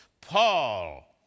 Paul